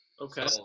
Okay